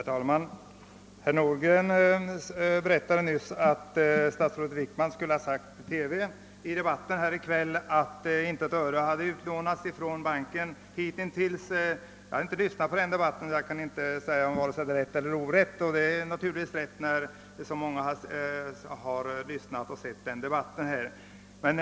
Herr talman! Herr Nordgren berättade nyss att statsrådet Wickman i kvällens TV-debatt skulle ha sagt, att inte ett öre hittills hade utlånats från Investeringsbanken. Jag har inte lyssnat på TV-debatten och kan inte avgöra om påståendet är rätt eller orätt. Men det är naturligtvis rätt, när det är så många som har hört det.